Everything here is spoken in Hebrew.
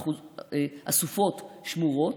אסופות, שמורות,